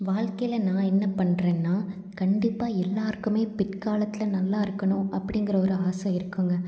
வாழ்க்கையில் நான் என்ன பண்றேனா கண்டிப்பாக எல்லாருக்குமே பிற்காலத்தில் நல்லா இருக்கணும் அப்படிங்குற ஒரு ஆசை இருக்குதுங்க